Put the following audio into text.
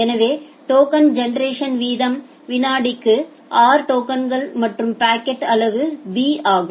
எனவே token generation வீதம் வினாடிக்கு r டோக்கன்கள் மற்றும் பக்கெட் அளவு b ஆகும்